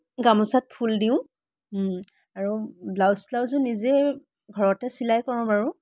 গামোচাত ফুল দিওঁ আৰু ব্লাউজ চ্লাউজো নিজে ঘৰতে চিলাই কৰোঁ বাৰু